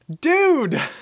Dude